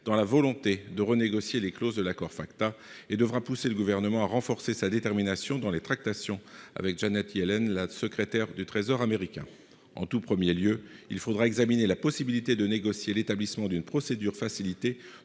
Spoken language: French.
dans la volonté de renégocier les clauses de l'accord Fatca. Il poussera le Gouvernement à se montrer plus déterminé dans ses tractations avec Janet Yellen, la secrétaire du Trésor américain. Il faudra au premier chef examiner la possibilité de négocier l'établissement d'une procédure facilitée